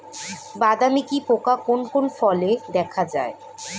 বাদামি কি পোকা কোন কোন ফলে দেখা যায়?